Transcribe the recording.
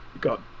got